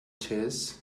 chess